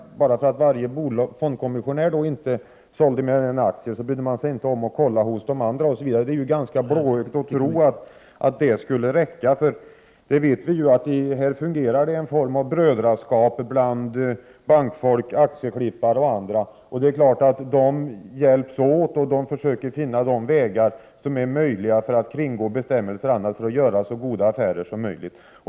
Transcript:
Bara för att varje fondkommissionär inte sålde mer än en aktie brydde man sig inte om att kontrollera hos de andra, osv. Det är ganska blåögt att tro att det skulle räcka. Vi vet ju att det förekommer en form av brödraskap bland bankfolk, aktieklippare och andra. Det är klart att de hjälps åt och försöker finna de vägar som är möjliga för att kringgå bestämmelser och annat och för att göra så goda affärer som möjligt.